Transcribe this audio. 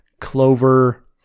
clover